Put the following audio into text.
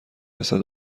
رسد